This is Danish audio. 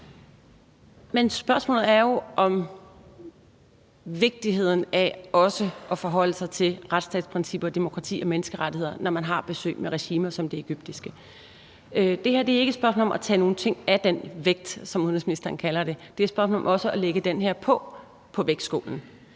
Men spørgsmålet handler jo om vigtigheden af også at forholde sig til retsstatsprincipper og demokrati og menneskerettigheder, når man har møde med regimer som det egyptiske. Det her er ikke et spørgsmål om at tage nogle ting af den vægt, som udenrigsministeren kalder det; det er et spørgsmål om også at lægge det her på vægtskålen.